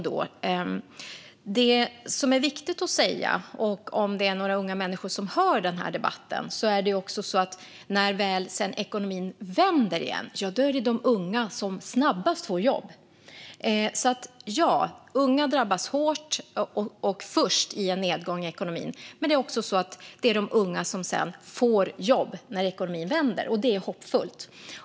Något som är viktigt att säga, om det är några unga människor som lyssnar på den här debatten, är att när ekonomin väl vänder igen är det de unga som snabbast får jobb. Ja, unga drabbas hårt och först i en nedgång i ekonomin. Men det är också de unga som sedan får jobb när ekonomin vänder, och det är hoppfullt.